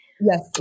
Yes